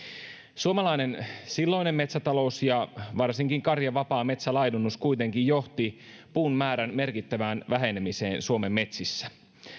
suomalainen silloinen metsätalous ja varsinkin karjan vapaa metsälaidunnus kuitenkin johtivat puun määrän merkittävään vähenemiseen suomen metsissä